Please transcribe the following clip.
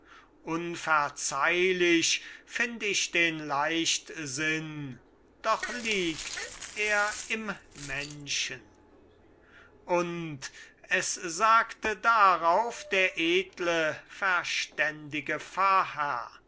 unverzeihlich find ich den leichtsinn doch liegt er im menschen und es sagte darauf der edle verständige